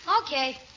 Okay